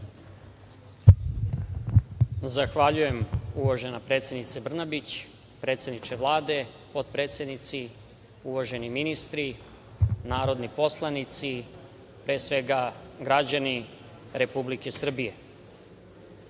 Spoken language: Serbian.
Zahvaljujem, uvažena predsednice Brnabić. Predsedniče Vlade, potpredsednici, uvaženi ministri, narodni poslanici, pre svega, građani Republike Srbije,